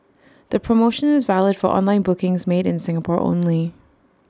the promotion is valid for online bookings made in Singapore only